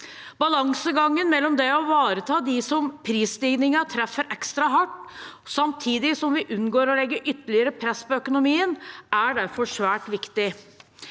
Balansegangen mellom å ivareta dem som prisstigningen treffer ekstra hardt, samtidig som vi unngår å legge ytterligere press på økonomien, er derfor svært viktig.